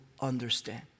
understand